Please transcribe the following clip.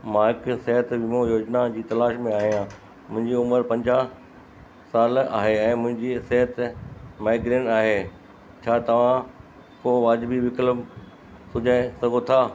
मां हिकु सिहत वीमो योजना जी तलाश में आहियां मुंहिंजी उमिरि पंजाह साल आहे ऐं मुंहिंजी सिहत माइग्रेन आहे छा तव्हां को वाजिबि विकल्पु सुझाए सघो था